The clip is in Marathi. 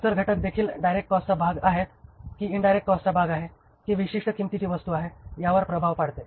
इतर घटक देखील डायरेक्ट कॉस्टचा भाग आहेत कि इन्डायरेक्ट कॉस्टचा भाग आहे कि विशिष्ट किंमतीची वस्तू आहे यावर प्रभाव पाडते